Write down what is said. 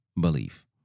belief